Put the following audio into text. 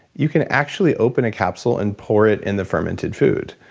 you can actually open a capsule and pour it in the fermented food.